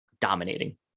dominating